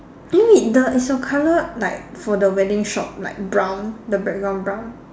the wait the is your color like for the wedding shop like brown the background brown